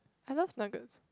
I love nuggets